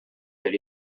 that